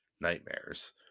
nightmares